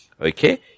Okay